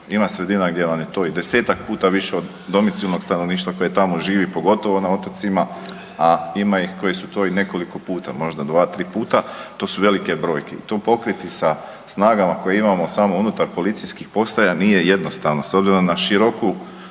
Ima sredina gdje vam je to i 10-tak puta više od domicilnog stanovništva koje tamo živi, pogotovo na otocima, a ima ih koji su to i nekoliko puta, možda 2-3 puta, to su velike brojke. To pokriti sa snagama koje imamo samo unutar policijskih postaja nije jednostavno s obzirom na široku